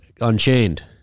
Unchained